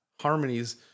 harmonies